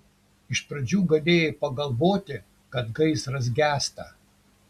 iš pradžių galėjai pagalvoti kad gaisras gęsta